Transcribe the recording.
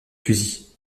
fusils